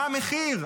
מה המחיר?